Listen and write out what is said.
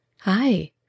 Hi